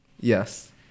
yes